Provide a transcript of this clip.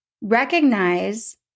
recognize